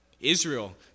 Israel